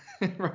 Right